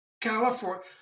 California